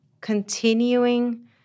continuing